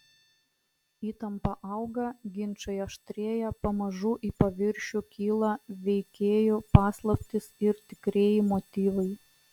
įtampa auga ginčai aštrėja pamažu į paviršių kyla veikėjų paslaptys ir tikrieji motyvai